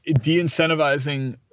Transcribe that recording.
de-incentivizing